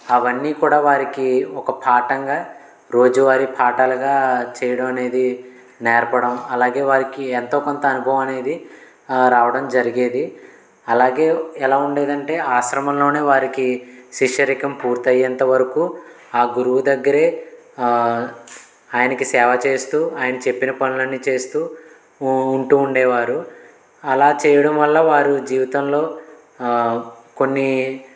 అవన్నీ కూడా వారికి ఒక పాఠంగా రోజువారి పాఠాలుగా చేయడం అనేది నేర్పడం అలాగే వారికి ఎంతో కొంత అనుభవం అనేది రావడం జరిగేది అలాగే ఎలా ఉండేదంటే ఆశ్రమంలోనే వారికి శిష్యరికం పూర్తయ్యేంతవరకు ఆ గురువు దగ్గరే ఆయనకి సేవ చేస్తూ ఆయన చెప్పిన పనులన్నీ చేస్తూ ఉంటూ ఉండేవారు అలా చేయడంవల్ల వారు జీవితంలో కొన్ని